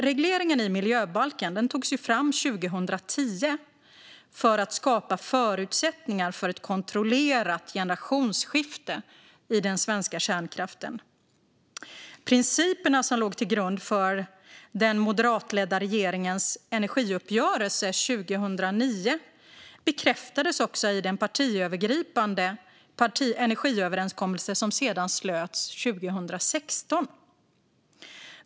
Regleringen i miljöbalken togs fram 2010 för att skapa förutsättningar för ett kontrollerat generationsskifte i den svenska kärnkraften. Principerna som låg till grund för den moderatledda regeringens energiuppgörelse 2009 bekräftades i den partiövergripande energiöverenskommelse som slöts 2016.